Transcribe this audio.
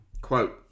quote